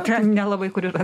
ten nelabai kur yra